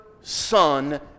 Son